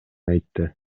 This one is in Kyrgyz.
айтты